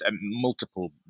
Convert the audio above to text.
multiple